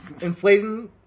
Inflating